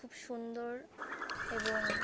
খুব সুন্দর এবং